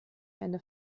eine